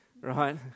right